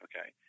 okay